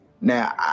Now